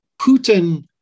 Putin